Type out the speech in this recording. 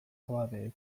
abadeek